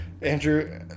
Andrew